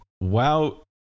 wow